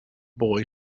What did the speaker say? boy